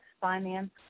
finance